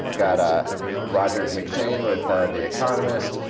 got ah roger mcshane with the economist,